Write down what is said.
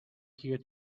here